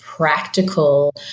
Practical